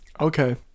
Okay